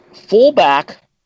Fullback